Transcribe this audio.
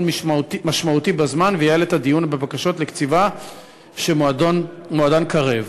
משמעותי בזמן וייעל את הדיון בבקשות לקציבה שמועדן קרב.